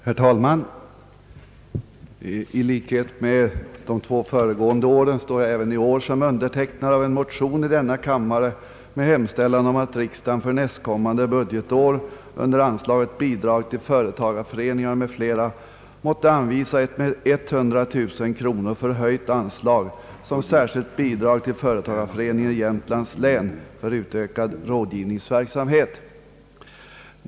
Herr talman! I likhet med de två föregående åren står jag även i år som undertecknare av en motion i denna kammare med hemställan om att riksdagen för nästkommande budgetår under anslaget Bidrag till företagareföreningar m.fl. måtte anvisa ett med 100 000 kronor förhöjt anslag såsom särskilt bidrag till företagareföreningen i Jämtlands län för utökad rådgivningsverksamhet.